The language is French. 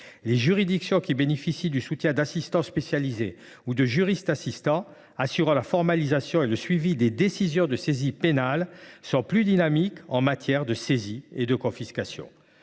[l]es juridictions qui bénéficient du soutien d’assistants spécialisés ou de juristes assistants assurant la formalisation et le suivi des décisions de saisies pénales sont plus dynamiques en matière de saisies et de confiscations.